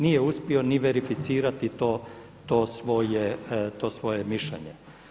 Nije uspio ni verificirati to svoje mišljenje.